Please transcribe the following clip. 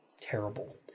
terrible